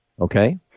okay